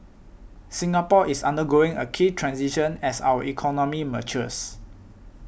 Singapore is undergoing a key transition as our economy matures